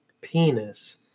penis